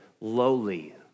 lowly